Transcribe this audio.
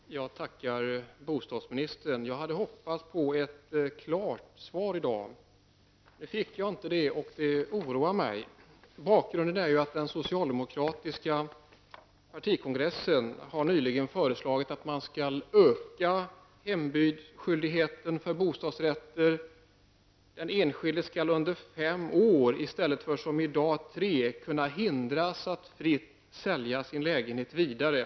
Herr talman! Jag tackar bostadsministern för svaret. Jag hade hoppats på ett klart svar i dag. Nu fick jag inte det, och det oroar mig. Bakgrunden är ju att den socialdemokratiska partikongressen nyligen har föreslagit att man skall öka hembudsskyldigheten för bostadsrätter. Den enskilde skall under fem år, i stället för som i dag under tre år, kunna hindras från att fritt sälja sin lägenhet vidare.